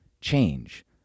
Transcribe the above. Change